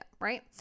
right